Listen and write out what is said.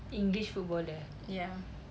english footballer eh